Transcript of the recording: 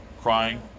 crying